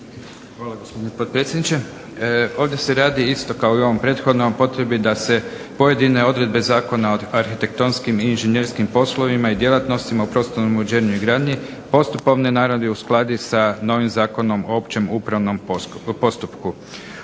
Hvala gospodine potpredsjedniče. Ovdje se radi kao i u ovom prethodnom potrebi da se pojedine odredbe Zakona o arhitektonskim i inženjerskim poslovima i djelatnostima u prostornom uređenju i gradnji postupovne naravi uskladi sa novim Zakonom o opće upravnom postupku.